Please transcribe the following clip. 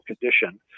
condition